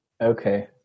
okay